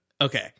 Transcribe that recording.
okay